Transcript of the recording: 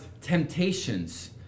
temptations